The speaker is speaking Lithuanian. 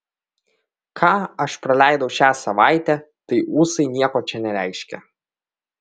ką aš praleidau šią savaitę tai ūsai nieko čia nereiškia